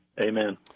Amen